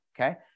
okay